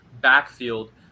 backfield